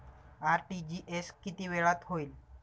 RTGS किती वेळात होईल?